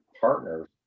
partners